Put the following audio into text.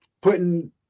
putting